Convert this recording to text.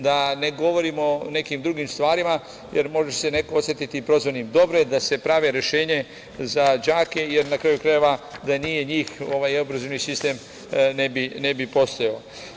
Da ne govorim o nekim drugim stvarima, jer može se neko osetiti prozvanim, ali dobro je da se prave rešenja za đake, jer, na kraju krajeva, da nije njih ovaj obrazovni sistem ne bi postojao.